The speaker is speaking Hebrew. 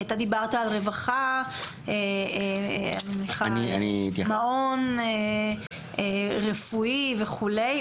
אתה דיברת על רווחה, על מעון רפואי וכולי.